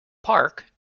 park